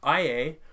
IA